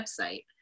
website